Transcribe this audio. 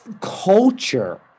culture